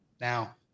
Now